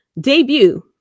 debut